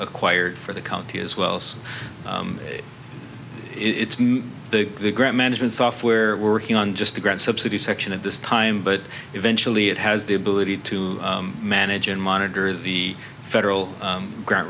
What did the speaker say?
acquired for the county as well so it's the management software working on just the ground subsidy section at this time but eventually it has the ability to manage and monitor the federal grant